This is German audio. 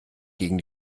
gegen